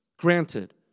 granted